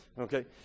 Okay